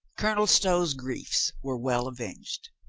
colonel stow's griefs were well avenged.